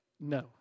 no